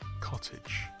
cottage